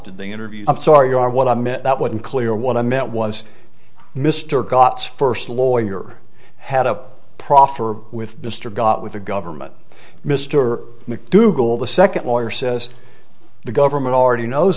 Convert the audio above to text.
did the interview i'm sorry are what i meant that wasn't clear what i meant was mr gotz first lawyer had a proffer with mr got with the government mr mcdougal the second lawyer says the government already knows